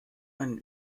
einen